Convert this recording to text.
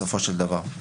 בסופו של דבר.